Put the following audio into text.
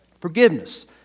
Forgiveness